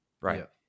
Right